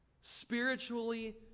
spiritually